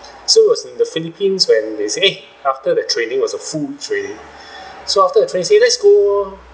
so was in the philippines when they say !hey! after the training was a full training so after the training say let's go